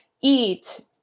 eat